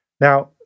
Now